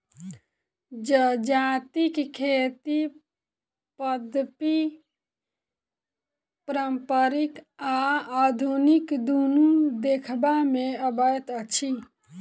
जजातिक खेती पद्धति पारंपरिक आ आधुनिक दुनू देखबा मे अबैत अछि